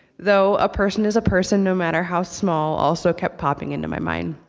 though a person is a person, no matter how small also kept popping into my mind.